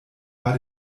war